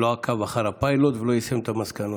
לא עקב אחר הפיילוט ולא יישם את המסקנות.